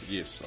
Yes